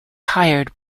hired